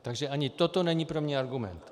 Takže ani toto není pro mě argument.